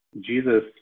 Jesus